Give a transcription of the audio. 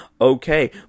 okay